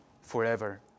forever